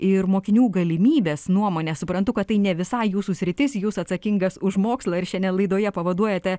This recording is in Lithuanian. ir mokinių galimybes nuomone suprantu kad tai ne visai jūsų sritis jūs atsakingas už mokslą ir šiandien laidoje pavaduojate